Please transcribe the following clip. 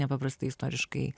nepaprastai istoriškai